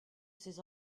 ces